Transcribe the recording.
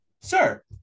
Sir